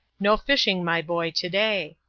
no fishing, my boy, to-day.